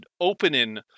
opening